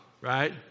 right